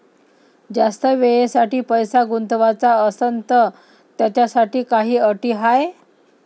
जास्त वेळेसाठी पैसा गुंतवाचा असनं त त्याच्यासाठी काही अटी हाय?